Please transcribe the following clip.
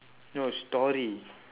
no story